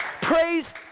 Praise